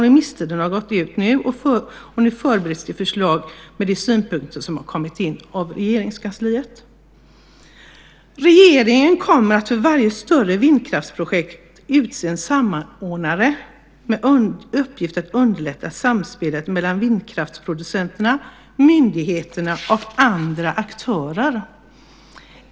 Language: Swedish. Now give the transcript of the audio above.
Remisstiden har gått ut, och de förslag med synpunkter som kommit in bereds nu i Regeringskansliet. Regeringen kommer att för varje större vindkraftsprojekt utse en samordnare med uppgift att underlätta samspelet mellan vindkraftsproducenterna, myndigheterna och andra aktörer.